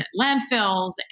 landfills